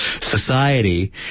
society